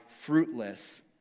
fruitless